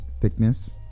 thickness